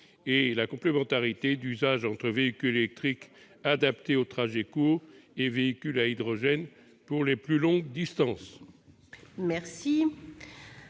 la complémentarité d'usages entre les véhicules électriques, adaptés aux trajets courts, et les véhicules à hydrogène pour les plus longues distances.